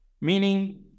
meaning